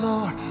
Lord